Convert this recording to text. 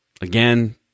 again